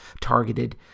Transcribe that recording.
targeted